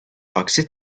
aksi